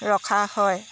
ৰখা হয়